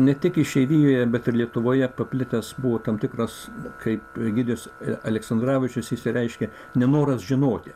ne tik išeivijoje bet ir lietuvoje paplitęs buvo tam tikras kaip egidijus aleksandravičius išsireiškė nenoras žinoti